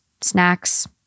snacks